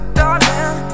darling